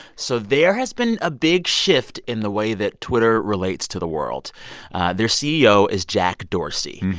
so there has been a big shift in the way that twitter relates to the world their ceo is jack dorsey.